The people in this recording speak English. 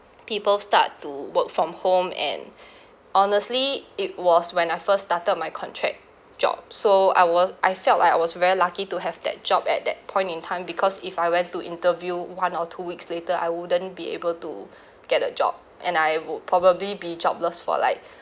people start to work from home and honestly it was when I first started my contract job so I was I felt like I was very lucky to have that job at that point in time because if I went to interview one or two weeks later I wouldn't be able to get a job and I would probably be jobless for like